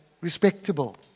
respectable